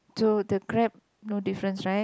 so the crab no difference right